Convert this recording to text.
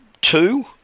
two